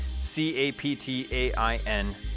C-A-P-T-A-I-N